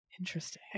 Interesting